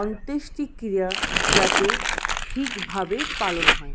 অন্ত্যেষ্টিক্রিয়া যাতে ঠিকভাবে পালন হয়